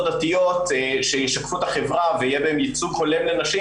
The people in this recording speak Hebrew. דתיות שישקפו את החברה ויהיה בהם ייצוג הולם לנשים,